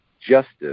justice